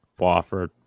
Wofford